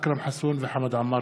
אכרם חסון וחמד עמאר